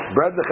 Bread